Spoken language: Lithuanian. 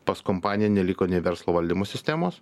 pas kompaniją neliko nei verslo valdymo sistemos